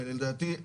ולדעתי,